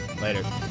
later